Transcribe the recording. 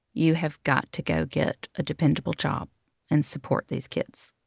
you have got to go get a dependable job and support these kids.